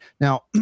Now